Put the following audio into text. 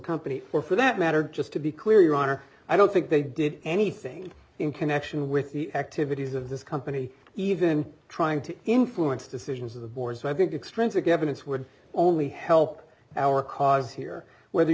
company or for that matter just to be clear your honor i don't think they did anything in connection with the activities of this company even trying to influence decisions of the board so i think extrinsic evidence would only help our cause here whether